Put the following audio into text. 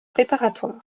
préparatoires